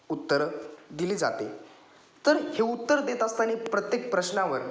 उत्तरं दिली जाते तर हे उत्तर देत असताना प्रत्येक प्रश्नावर